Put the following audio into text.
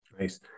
Nice